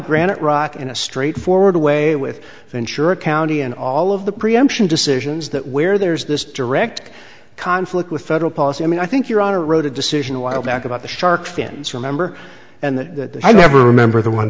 granite rock in a straightforward way with ventura county and all of the preemption decisions that where there is this direct conflict with federal policy i mean i think you're on a road a decision a while back about the shark fins remember and that i never remember the one